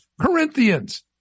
Corinthians